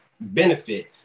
benefit